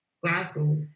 Glasgow